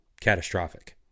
catastrophic